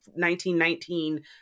1919